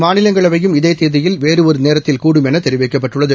மாநிலங்களவையும் இதே தேதியில் வேறு ஒரு நேரத்தில் கூடும் என தெரிவிக்கப்பட்டுள்ளது